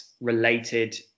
related